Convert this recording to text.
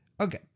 Okay